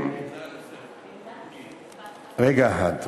רגע אחד.